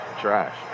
trash